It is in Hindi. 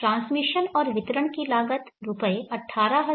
ट्रांसमिशन और वितरण की लागत रुपये 18500 है